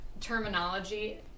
terminology